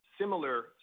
similar